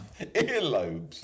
earlobes